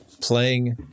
playing